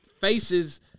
faces